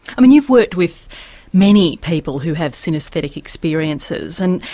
i mean you've worked with many people who have synesthetic experiences and.